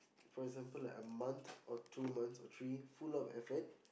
for example like a month or two months or three full of effort